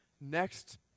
next